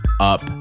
up